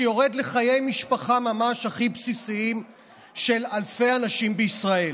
שיורד לחיי משפחה ממש הכי בסיסיים של אלפי אנשים בישראל.